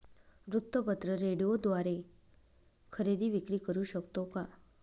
वृत्तपत्र, रेडिओद्वारे खरेदी विक्री करु शकतो का?